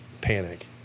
panic